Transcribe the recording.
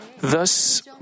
Thus